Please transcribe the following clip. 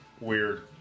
weird